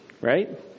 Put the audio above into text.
right